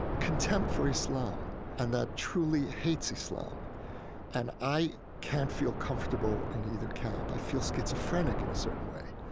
contempt for islam and that truly hates islam and i can't feel comfortable in either camp. i feel schizophrenic in a certain way.